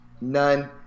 none